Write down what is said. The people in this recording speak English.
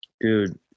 Dude